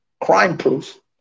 crime-proof